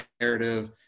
narrative